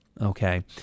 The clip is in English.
Okay